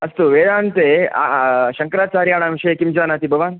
अस्तु वेदान्ते शङ्कराचार्याणां विषये किं जानाति भवान्